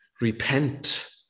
Repent